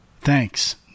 Thanks